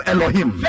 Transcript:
Elohim